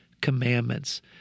commandments